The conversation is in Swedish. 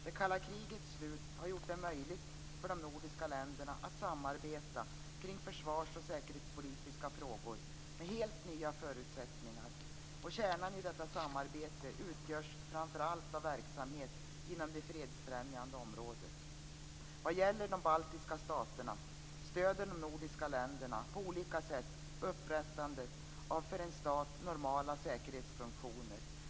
Det kalla krigets slut har gjort det möjligt för de nordiska länderna att samarbeta kring försvars och säkerhetspolitiska frågor med helt nya förutsättningar. Kärnan i detta samarbete utgörs framför allt av verksamhet inom det fredsfrämjande området. Vad gäller de baltiska staterna stöder de nordiska länderna på olika sätt upprättandet av för en stat normala säkerhetsfunktioner.